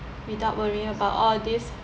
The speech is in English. without worry about all these